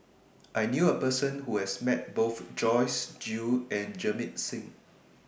I knew A Person Who has Met Both Joyce Jue and Jamit Singh